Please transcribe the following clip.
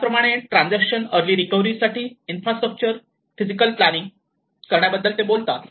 त्याचप्रमाणे transaction early recovery साठी infrastructure physical planning करण्याबद्दल ते बोलतात